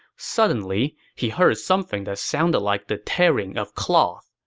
suddenly, he heard something that sounded like the tearing of cloth.